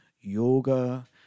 yoga